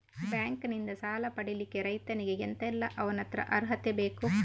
Bank ನಿಂದ ಸಾಲ ಪಡಿಲಿಕ್ಕೆ ರೈತನಿಗೆ ಎಂತ ಎಲ್ಲಾ ಅವನತ್ರ ಅರ್ಹತೆ ಬೇಕು?